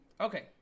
Okay